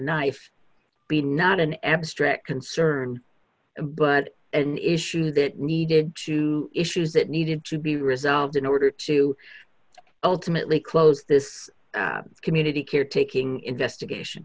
knife be not an abstract concern but an issue that needed to issues that needed to be resolved in order to ultimately close this community care taking investigation